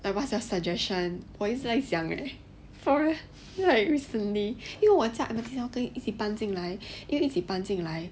like what's your suggestion 我一直在想 leh for like recently 因为我家一起搬进来一起搬进来